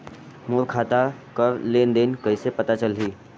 मोर खाता कर लेन देन कइसे पता चलही?